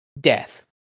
death